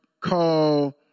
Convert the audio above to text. call